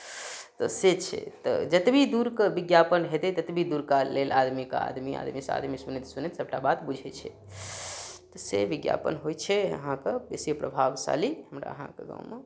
तऽ से छै तऽ जतबी दूर कऽ विज्ञापन होयतै ततबी दूरका लेल आदमी कऽ आदमी आदमीसँ आदमी सुनैत सुनैत सबटा बात बुझैत छै तऽ से विज्ञापन होयत छै अहाँ कऽ बेसी प्रभावशाली हमरा अहाँ कऽ गाँवमे